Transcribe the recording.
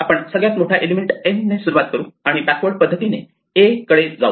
आपण सगळ्यात मोठा एलिमेंट M ने सुरुवात करू आणि बॅकवर्ड पद्धतीने A कडे जाऊ